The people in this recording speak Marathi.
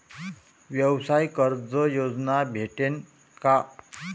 व्यवसाय कर्ज योजना भेटेन का?